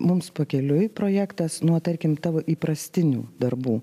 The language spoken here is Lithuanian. mums pakeliui projektas nuo tarkim tavo įprastinių darbų